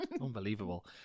Unbelievable